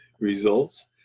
results